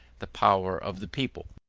the power of the people.